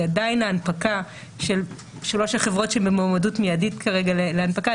כי עדיין ההנפקה של שלוש החברות במועמדות מיידית כרגע להנפקה,